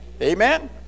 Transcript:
Amen